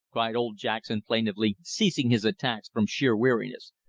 cried old jackson plaintively, ceasing his attacks from sheer weariness.